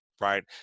right